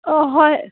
অঁ হয়